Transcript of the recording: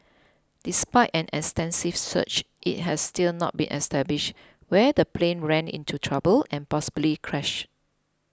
despite an extensive search it has still not been established where the plane ran into trouble and possibly crashed